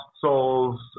souls